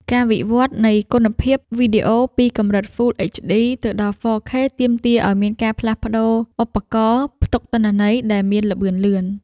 ការវិវត្តនៃគុណភាពវីដេអូពីកម្រិត ហ្វ៊ុល អេចឌី ទៅដល់ ហ្វ័រ ខេ ទាមទារឱ្យមានការផ្លាស់ប្តូរឧបករណ៍ផ្ទុកទិន្នន័យដែលមានល្បឿនលឿន។